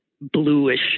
bluish